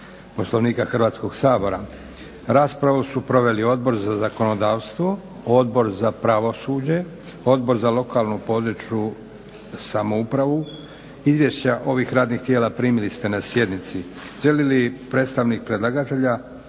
Poslovnika Hrvatskog sabora. Raspravu su proveli Odbor za zakonodavstvo, Odbor za pravosuđe, Odbor za lokalnu, područnu samoupravu. Izvješća ovih radnih tijela primili ste na sjednici. Želi li predstavnik predlagatelja